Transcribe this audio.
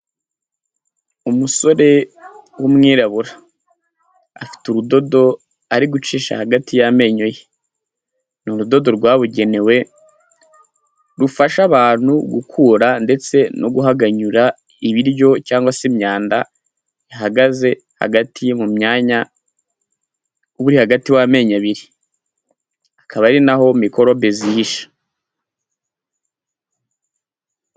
Umusore w'umwirabura, afite urudodo ari gucisha hagati y'amenyo ye, ni urudodo rwabugenewe rufasha abantu gukura ndetse no guhaganyura ibiryo cyangwa se imyanda yahagaze hagati mu myanya uba uri hagati w'amenyo abiri, akaba ari na ho mikorobe zihisha.